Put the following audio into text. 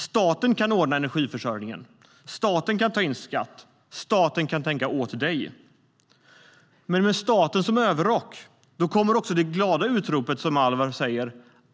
Staten kan ordna energiförsörjningen, staten kan ta in skatt och staten kan tänka åt dig. Men med staten som överrock kommer också det glada utropet "Alvar kunde!